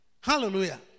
Hallelujah